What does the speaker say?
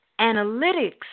analytics